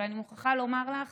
אבל אני מוכרחה לומר לך